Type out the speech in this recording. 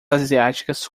asiáticas